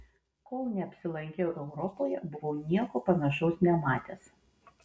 kol neapsilankiau europoje buvau nieko panašaus nematęs